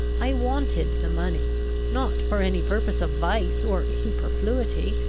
i wanted the money not for any purpose of vice or superfluity,